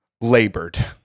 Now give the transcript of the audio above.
labored